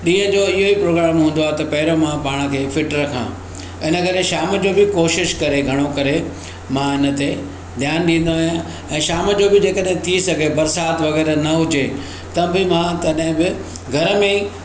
ॾींहं जो इहो ई प्रोग्राम हूंदो आहे त पहिरियों मां पाण खे फिट रखां इन करे शाम जो बि कोशिशि करे घणो करे मां उनते ध्यानु ॾींदो आहियां ऐं शाम जो बि जे कॾहिं थी सघे बरसाति वग़ैरह न हुजे त बि मां तॾहिं बि घर में ई